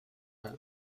their